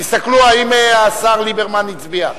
תסתכלו אם השר ליברמן הצביע.